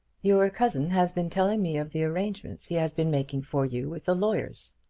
your cousin has been telling me of the arrangements he has been making for you with the lawyers,